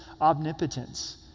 omnipotence